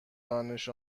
دانش